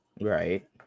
Right